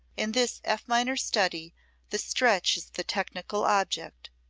in this f minor study the stretch is the technical object.